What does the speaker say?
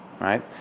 right